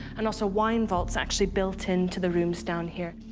and also wine vaults actually built into the rooms down here.